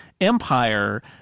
Empire